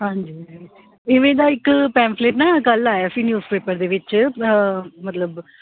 ਹਾਂਜੀ ਇਵੇਂ ਦਾ ਇੱਕ ਪੈਂਫਲੇਟ ਨਾ ਕੱਲ੍ਹ ਆਇਆ ਸੀ ਨਿਊਜ਼ ਪੇਪਰ ਦੇ ਵਿੱਚ ਮਤਲਬ